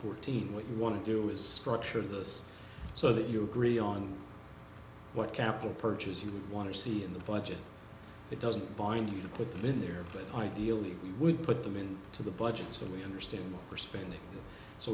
fourteen what we want to do is structure of those so that you agree on what capital purchase you want to see in the budget it doesn't bind you to put them in there but ideally we would put them in to the budget so we understand we're spending so